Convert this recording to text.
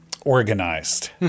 organized